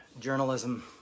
Journalism